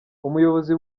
umuyobozi